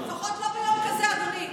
לפחות לא ביום כזה, אדוני.